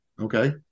Okay